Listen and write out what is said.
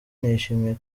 nishimiye